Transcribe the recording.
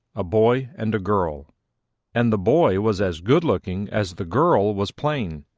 a boy and a girl and the boy was as good-looking as the girl was plain.